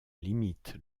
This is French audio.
limite